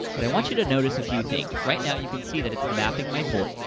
but i want you to notice a few things. right now, you can see that it's mapping my voice.